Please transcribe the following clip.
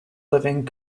living